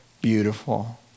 beautiful